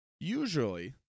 Usually